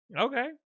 Okay